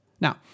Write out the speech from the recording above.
Now